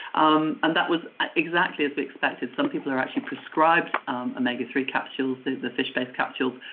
um and that was ah exactly as we expected. some people are actually prescribed omega three capsules, the the fish-based capsules,